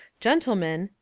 gentlemen,